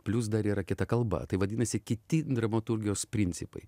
plius dar yra kita kalba tai vadinasi kiti dramaturgijos principai